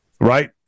right